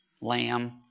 lamb